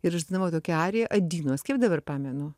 ir žinoma tokia arija adinos kaip dabar pamenu